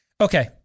Okay